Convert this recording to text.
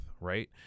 right